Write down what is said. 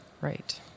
Right